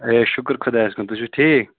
A شُکُر خۄدایَس کُن تُہۍ چھُو ٹھیٖک